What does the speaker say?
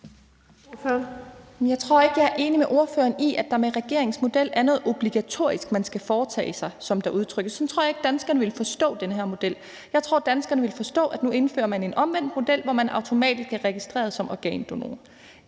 Jeg tror ikke, jeg er enig med ordføreren i, at der med regeringens model er noget obligatorisk, man skal foretage sig, som det udtrykkes. Sådan tror jeg ikke danskerne vil forstå den her model. Jeg tror, at danskerne vil forstå det sådan, at nu indfører man en omvendt model, hvor man automatisk er registreret som organdonor.